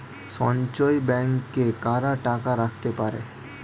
সঞ্চয় ব্যাংকে কারা টাকা রাখতে পারে?